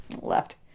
left